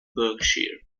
berkshire